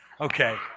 Okay